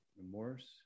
remorse